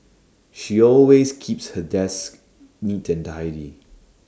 she always keeps her desk neat and tidy